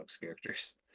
characters